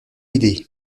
aidé